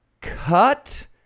cut